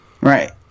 Right